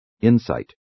insight